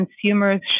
consumers